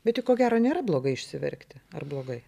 bet juk ko gero nėra blogai išsiverkti ar blogai